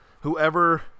Whoever